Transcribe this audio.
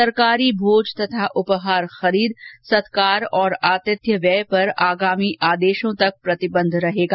सरकारी भोज तथा उपहार खरीद सत्कार और आतिथ्य व्यय पर आगामी आदेशों तक प्रतिबंध रहेगा